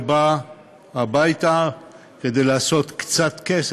והוא בא הביתה כדי לעשות קצת כסף,